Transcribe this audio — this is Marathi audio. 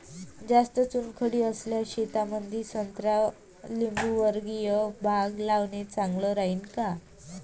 जास्त चुनखडी असलेल्या शेतामंदी संत्रा लिंबूवर्गीय बाग लावणे चांगलं राहिन का?